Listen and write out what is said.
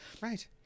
Right